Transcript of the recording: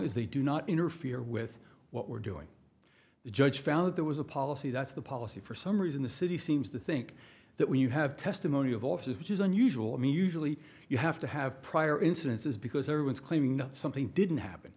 as they do not interfere with what we're doing the judge found that there was a policy that's the policy for some reason the city seems to think that when you have testimony of officers which is unusual i mean usually you have to have prior incidences because there was claiming something didn't happen